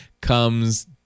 comes